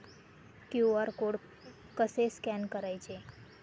QR code कसे scan करायचे?